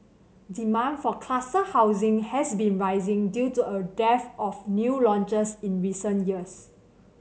demand for cluster housing has been rising due to a dearth of new launches in recent years